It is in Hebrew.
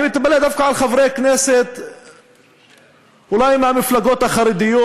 אני מתפלא דווקא על חברי הכנסת אולי מהמפלגות החרדיות,